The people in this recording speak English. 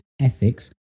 ethics